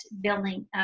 building